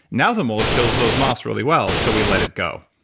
now the mold kills those moths really well so we let it go.